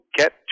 get